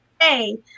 Hey